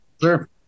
Sure